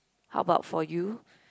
how about for you